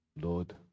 Lord